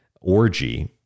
orgy